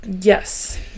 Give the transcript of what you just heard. Yes